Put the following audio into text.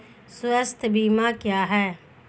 स्वास्थ्य बीमा क्या है?